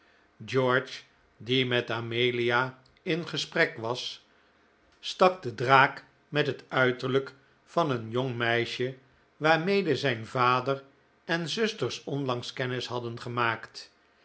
george die met amelia in gesprek was stak den draak met het uiterlijk van een jong meisje waarmede zijn vader en zusters onlangs kennis hadden gemaakt